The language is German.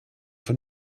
von